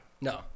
No